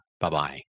Bye-bye